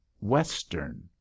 western